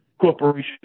Corporation